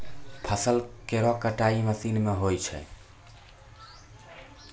फसल केरो कटाई मसीन सें होय छै